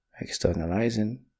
externalizing